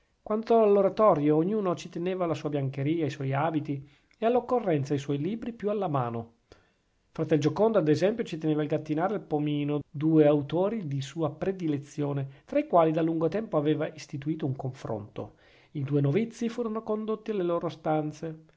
quanto all'oratorio ognuno ci teneva la sua biancheria i suoi abiti e all'occorrenza i suoi libri più alla mano fratel giocondo ad esempio ci teneva il gattinara e il pomino due autori di sua predilezione tra i quali da lungo tempo aveva istituito un confronto i due novizi furono condotti alle loro stanze